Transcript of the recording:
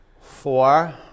four